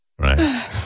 Right